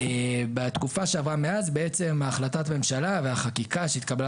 בתקופה שעברה מאז החלטת הממשלה והחקיקה שהתקבלה